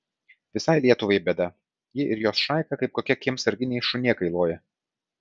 visai lietuvai bėda ji ir jos šaika kaip kokie kiemsarginiai šunėkai loja